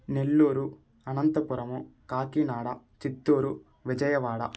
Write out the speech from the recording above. Nellore Anantapur Kakinada Chittoor Vijayawada